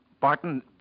Barton